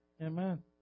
Amen